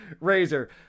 razor